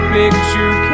picture